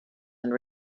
and